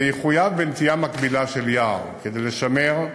זה יחויב בנטיעה מקבילה של יער, כדי לשמר.